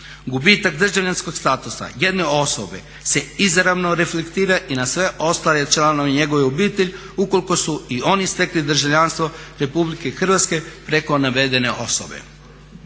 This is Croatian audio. Gubitak državljanskog statusa jedne osobe se izravno reflektira i na sve ostale članove njegove obitelji ukoliko su i oni stekli državljanstvo Republike Hrvatske preko navedene osobe.